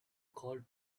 called